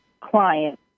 client